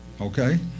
Okay